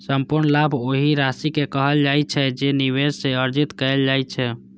संपूर्ण लाभ ओहि राशि कें कहल जाइ छै, जे निवेश सं अर्जित कैल जाइ छै